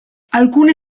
alcune